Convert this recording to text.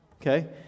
Okay